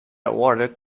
awarded